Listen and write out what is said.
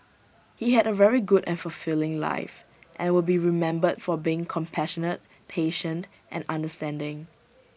he had A very good and fulfilling life and will be remembered for being compassionate patient and understanding